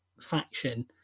faction